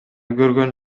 көргөн